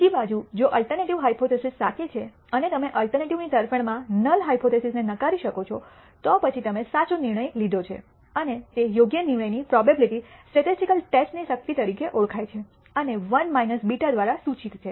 બીજી બાજુ જો અલ્ટરનેટિવ હાયપોથીસિસ સાચી છે અને તમે અલ્ટરનેટિવ ની તરફેણમાં નલ હાયપોથીસિસ ને નકારી શકો છો તો પછી તમે સાચો નિર્ણય લીધો છે અને તે યોગ્ય નિર્ણયની પ્રોબેબીલીટી સ્ટેટિસ્ટિકલ ટેસ્ટ ની શક્તિ તરીકે ઓળખાય છે અને 1 β દ્વારા સૂચિત છે